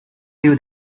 live